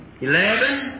eleven